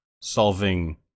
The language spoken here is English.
solving